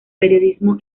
periodismo